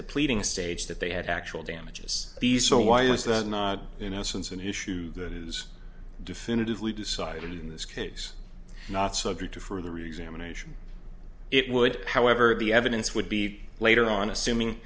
the pleading stage that they had actual damages these so why is that not in essence an issue that is definitively decided in this case not subject to further resume anation it would however be evidence would be later on assuming